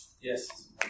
Yes